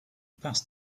passed